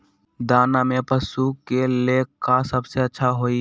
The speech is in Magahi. दाना में पशु के ले का सबसे अच्छा होई?